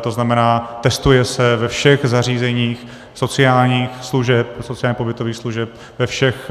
To znamená, testuje se, ve všech zařízeních sociálních služeb, sociálních pobytových služeb, ve všech